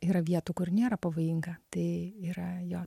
yra vietų kur nėra pavojinga tai yra jo